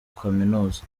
kaminuza